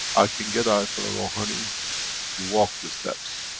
i can get ayatollah rouhani to walk the steps.